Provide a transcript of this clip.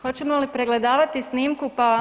Hoćemo li pregledavati snimku, pa…